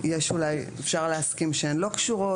אפשר להסכים שהן לא קשורות.